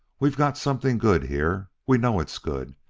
we've got something good here we know it's good.